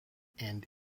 and